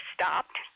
stopped